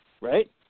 right